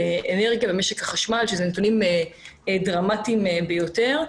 באנרגיה במשק החשמל, שאלה נתונים דרמטיים ביותר.